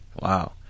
Wow